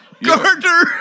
Gardner